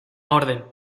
orden